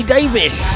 Davis